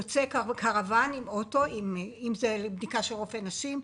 יוצא קרוון עם אוטו ומבצע בדיקות של רופא נשים,